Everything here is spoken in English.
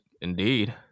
indeed